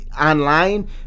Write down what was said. online